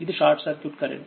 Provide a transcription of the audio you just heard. ఇది short circuit current